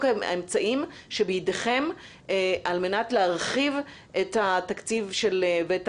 האמצעים שבידיכם על מנת להרחיב את התקציב ואת